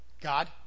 God